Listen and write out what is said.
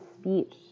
speech